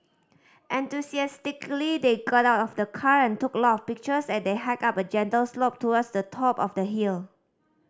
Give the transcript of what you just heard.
enthusiastically they got out of the car and took a lot of pictures as they hiked up a gentle slope towards the top of the hill